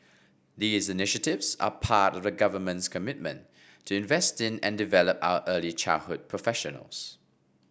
these initiatives are part of the government's commitment to invest in and develop our early childhood professionals